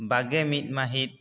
ᱵᱟᱜᱮᱢᱤᱫ ᱢᱟᱹᱦᱤᱛ